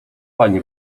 pani